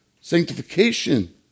sanctification